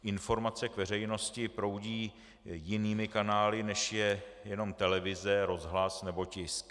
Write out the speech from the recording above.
Informace k veřejnosti proudí jinými kanály, než je jenom televize, rozhlas nebo tisk.